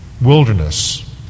wilderness